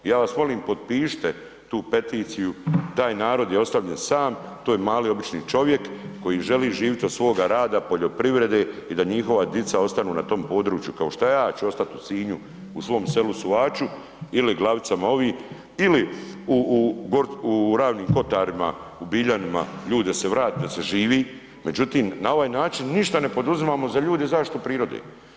Ja vas molim, potpišite tu peticiju, taj narod je ostavljen sam, to je mali obični čovjek koji želi živjeti od svoga rada, poljoprivrede i da njihova dica ostanu na tom području kao što ja ću ostati u Sinju u svom selu Suhaču ili Glavicama ovi ili u Ravnim kotarima u Biljanima ljude da se vrate, da se živi, međutim, na ovaj način ništa ne poduzimamo za ljude, zaštitu prirode.